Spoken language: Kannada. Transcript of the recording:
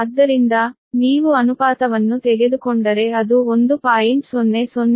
ಆದ್ದರಿಂದ ನೀವು ಅನುಪಾತವನ್ನು ತೆಗೆದುಕೊಂಡರೆ ಅದು 1